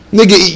Nigga